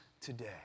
today